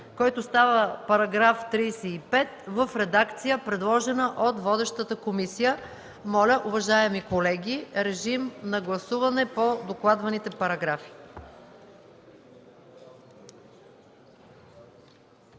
който става § 35 в редакция, предложена от водещата комисия. Моля, уважаеми колеги, режим на гласуване по докладваните параграфи.